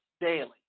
daily